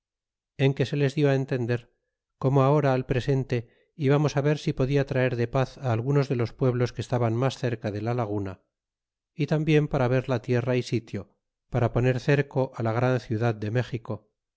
en que se les dió á entender como ahora al presente íbamos á ver si podria traer de paz á algunos de los pueblos que estaban mas cerca de la laguna y tambien para ver la tierra y sitio para poner cerco la gran ciudad de méxico